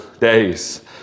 days